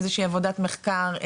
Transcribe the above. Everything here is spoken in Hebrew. איזושהי עבודת מחקר,